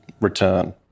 return